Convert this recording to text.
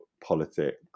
politics